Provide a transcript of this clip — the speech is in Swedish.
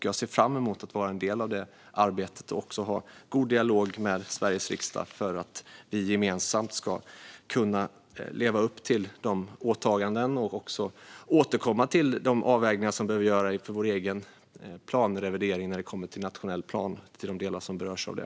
Jag ser fram emot att vara en del av det arbetet och också ha en god dialog med Sveriges riksdag för att vi gemensamt ska kunna leva upp till våra åtaganden och också återkomma till de överväganden som vi behöver göra inför vår egen planrevidering när det kommer till nationell plan och de delar som berörs av det.